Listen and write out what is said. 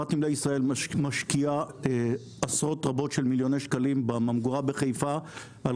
מדינת ישראל משקיעה עשרות רבות של מיליוני שקלים בממגורה בחיפה על